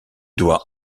doit